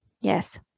Yes